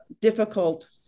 difficult